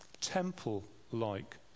temple-like